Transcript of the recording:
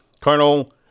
Colonel